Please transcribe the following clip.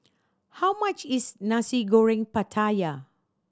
how much is Nasi Goreng Pattaya